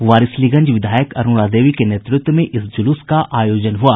वारिसलीगंज विधायक अरूणा देवी के नेतृत्व में इस ज़ुलूस का आयोजन हुआ